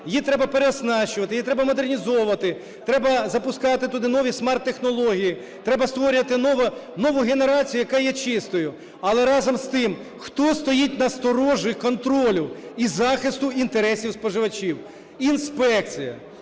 її треба переоснащувати, її треба модернізовувати, треба запускати туди нові смарт-технології, треба створювати нову генерацію, яка є чистою. Але разом з тим, хто стоїть на сторожі контролю і захисту інтересів споживачів? Інспекція.